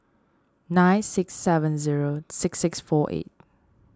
nine six seven zero six six four eight